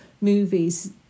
movies